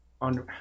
On